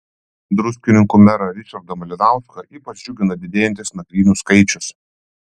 druskininkų merą ričardą malinauską ypač džiugina didėjantis nakvynių skaičius